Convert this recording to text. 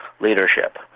leadership